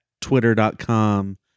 twitter.com